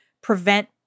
prevent